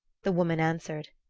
the woman answered,